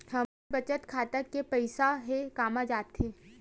हमर बचत खाता के पईसा हे कामा जाथे?